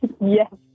Yes